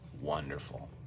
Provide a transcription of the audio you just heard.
wonderful